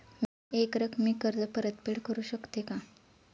मी एकरकमी कर्ज परतफेड करू शकते का?